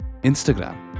Instagram